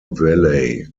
valley